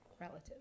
relative